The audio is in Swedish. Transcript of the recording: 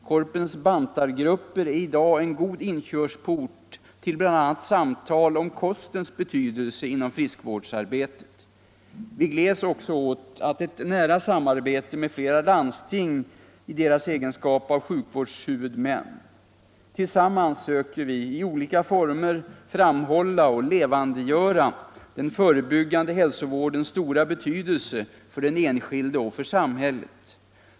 Korpens bantargrupper är i dag en god inkörsport till bl.a. samtal om kostens betydelse inom friskvårdsarbetet. Vi gläds också åt ett nära samarbete med flera landsting i deras egenskap av sjukvårdshuvudmän. Tillsammans söker vi i olika former framhålla och levandegöra den förebyggande hälsovårdens stora betydelse för den enskilde och för samhället.